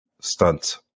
stunts